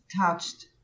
touched